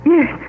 Yes